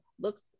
looks